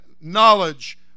knowledge